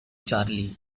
charlie